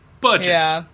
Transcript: Budgets